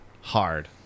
hard